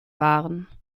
waren